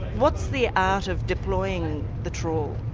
what's the art of deploying the trawl?